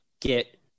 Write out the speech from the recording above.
get